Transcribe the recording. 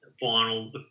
final